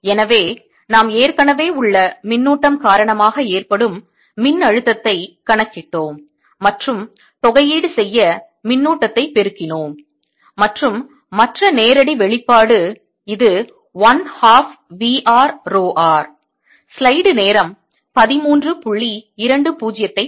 எனவே நாம் ஏற்கனவே உள்ள மின்னூட்டம் காரணமாக ஏற்படும் மின்னழுத்தத்தை கணக்கிட்டோம் மற்றும் தொகையீடு செய்ய மின்னூட்டத்தை பெருக்கினோம் மற்றும் மற்ற நேரடி வெளிப்பாடு இது 1 half v r rho r